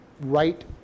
right